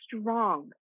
strong